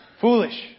foolish